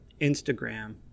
Instagram